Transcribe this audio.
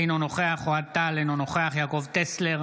אינו נוכח אוהד טל, אינו נוכח יעקב טסלר,